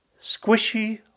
squishy